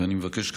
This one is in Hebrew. ואני מבקש,